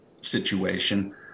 situation